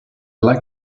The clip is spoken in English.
like